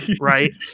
right